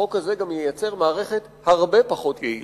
החוק הזה גם ייצר מערכת הרבה פחות יעילה.